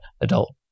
adult